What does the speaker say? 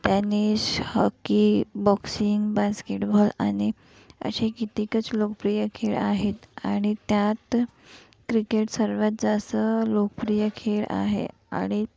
टेनिश hockey boxing basketball आणि असे कितीकच लोकप्रिय खेळ आहेत आणि त्यात क्रिकेट सर्वात जास्त लोकप्रिय खेळ आहे आणि